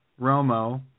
Romo